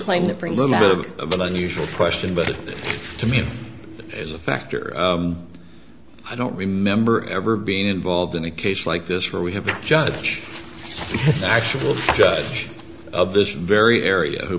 claim that brings of an unusual question but to me as a factor i don't remember ever being involved in a case like this where we have a judge actual judge of this very area who